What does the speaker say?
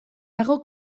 dago